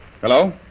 Hello